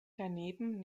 daneben